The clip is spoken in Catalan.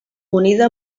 unida